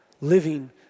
living